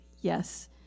yes